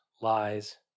lies